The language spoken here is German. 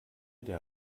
der